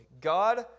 God